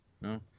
no